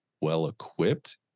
well-equipped